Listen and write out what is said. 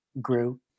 grew